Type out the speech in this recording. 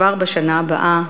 כבר בשנה הבאה,